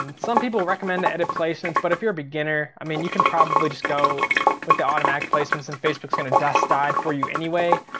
and some people recommend to edit placements, but if you're a beginner, i mean you can probably just go with the automatic placements and facebook's gonna adjust that for you anyway.